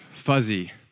fuzzy